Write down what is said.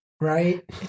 right